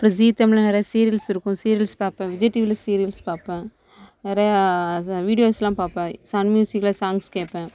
அப்புறம் ஜீதமிழில் நிறைய சீரியல்ஸ் இருக்கும் சீரியல்ஸ் பார்ப்பேன் விஜய் டிவியில் சீரியல்ஸ் பார்பேன் நிறையா வீடியோஸ்லாம் பார்பேன் சன்ம்யூசிகில் சாங்ஸ் கேட்பேன்